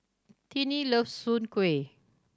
Tiney loves Soon Kueh